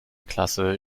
klasse